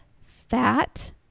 fat